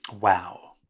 wow